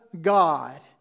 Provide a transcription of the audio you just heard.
God